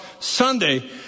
Sunday